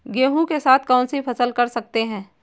गेहूँ के साथ कौनसी फसल कर सकते हैं?